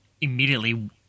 immediately